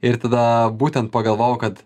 ir tada būtent pagalvojau kad